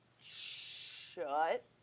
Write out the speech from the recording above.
shut